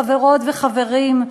חברות וחברים,